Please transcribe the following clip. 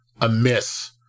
amiss